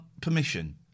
permission